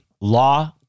law